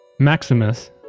Maximus